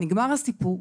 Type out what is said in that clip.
נגמר הסיפור,